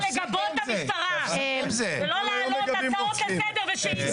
צריך לגבות את המשטרה ולא להעלות הצעות לסדר ושאילתות.